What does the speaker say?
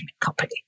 company